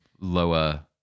lower